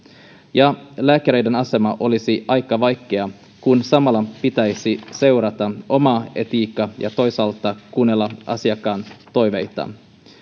ja lääkäreiden asema olisi aika vaikea kun samalla pitäisi seurata omaa etiikkaa ja toisaalta kuunnella asiakkaan toiveita